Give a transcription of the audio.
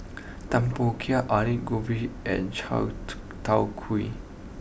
Tempoyak Aloo Gobi and Chai tow Kuay